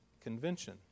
convention